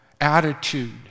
attitude